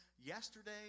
yesterday